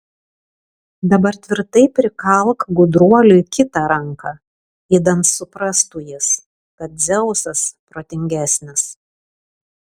dabar tvirtai prikalk gudruoliui kitą ranką idant suprastų jis kad dzeusas protingesnis